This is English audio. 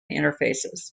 interfaces